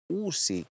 uusi